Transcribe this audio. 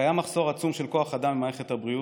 קיים מחסור עצום בכוח אדם במערכת הבריאות,